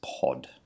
pod